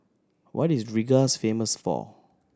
what is Rigas famous for